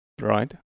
right